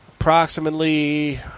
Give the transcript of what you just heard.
approximately